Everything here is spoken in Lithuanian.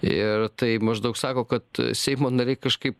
ir tai maždaug sako kad seimo nariai kažkaip